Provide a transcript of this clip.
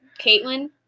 Caitlin